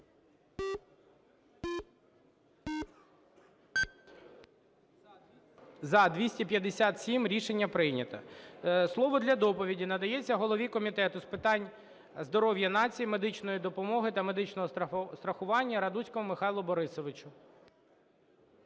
За-257 Рішення прийнято. Слово для доповіді надається голові Комітету з питань здоров'я нації, медичної допомоги та медичного страхування Радуцькому Михайлу Борисовичу.